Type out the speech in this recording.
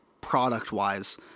product-wise